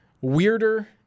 weirder